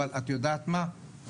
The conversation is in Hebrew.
אבל את יודעת מה שרן,